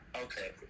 Okay